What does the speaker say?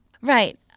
Right